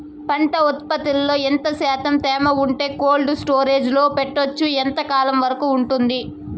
పంట ఉత్పత్తులలో ఎంత శాతం తేమ ఉంటే కోల్డ్ స్టోరేజ్ లో పెట్టొచ్చు? ఎంతకాలం వరకు ఉంటుంది